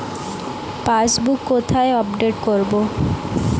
Passbook কোথায় update করব?